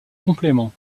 complément